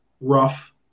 rough